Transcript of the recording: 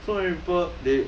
so many people they